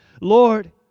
Lord